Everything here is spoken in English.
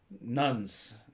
nuns